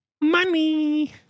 money